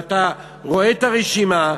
ואתה רואה את הרשימה,